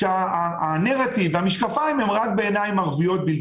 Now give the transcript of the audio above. שכל הנראטיב שלה הוא רק דרך עיניים ערביות.